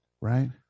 Right